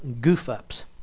goof-ups